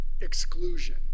exclusion